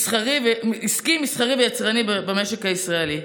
מסחרי ויצרני במשק הישראלי.